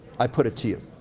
i put it to you.